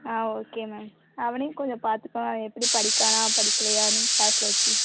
ஆ okay ma'am அவனையும் கொஞ்சம் பாத்துக்கங்க எப்படி படிக்கிறானா படிக்கலையானு கிளாஸ்ல வச்சு